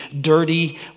dirty